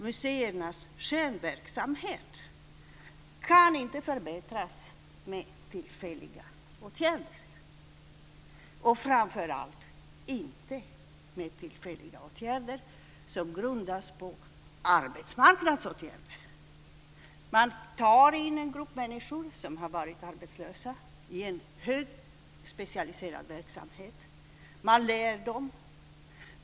Museernas kärnverksamhet kan inte förbättras med tillfälliga åtgärder, och framför allt inte med tillfälliga åtgärder som grundas på arbetsmarknadsåtgärder. Man tar in en grupp människor som har varit arbetslösa i en högt specialiserad verksamhet, och man lär dem.